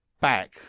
back